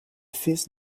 fils